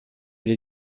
les